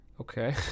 Okay